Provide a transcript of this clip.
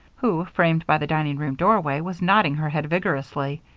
who, framed by the dining-room doorway, was nodding her head vigorously.